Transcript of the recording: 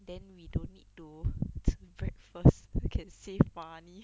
then we don't need to 吃 breakfast can save money